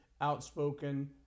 outspoken